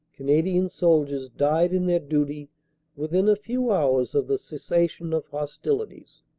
canadian soldiers died in their duty within a few hours of the cessation of hostilities.